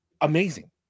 amazing